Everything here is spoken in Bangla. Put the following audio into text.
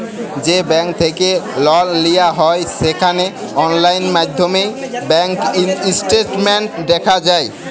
যে ব্যাংক থ্যাইকে লল লিয়া হ্যয় সেখালে অললাইল মাইধ্যমে ব্যাংক ইস্টেটমেল্ট দ্যাখা যায়